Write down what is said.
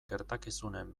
gertakizunen